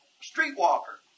Streetwalker